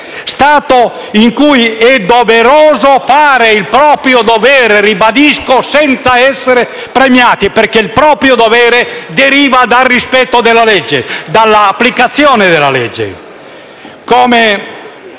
Stato in cui è doveroso fare il proprio dovere - lo ribadisco - senza essere premiati, perché il proprio dovere deriva dal rispetto della legge e della sua applicazione. Allo stesso